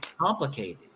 complicated